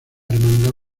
hermandad